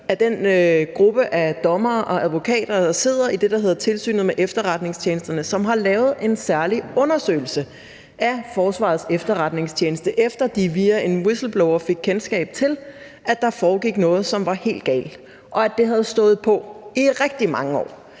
af dommere og advokater, der sidder i det, der hedder Tilsynet med Efterretningstjenesterne, som har lavet en særlig undersøgelse af Forsvarets Efterretningstjeneste, efter at de via en whistleblower fik kendskab til, at der foregik noget, som var helt galt, og at det havde stået på i rigtig mange år